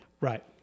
Right